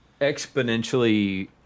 exponentially